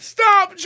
Stop